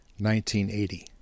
1980